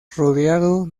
rodeado